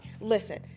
listen